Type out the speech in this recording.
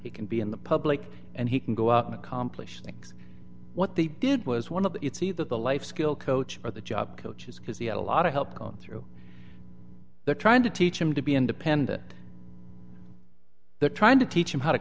he can be in the public and he can go up accomplish things what they did was one of the it's either the life skill coach or the job coaches because he had a lot of help going through there trying to teach him to be independent they're trying to teach him how to